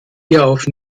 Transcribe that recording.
hierauf